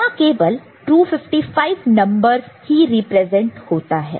यहां केवल 255 नंबरस ही रिप्रेजेंट होता है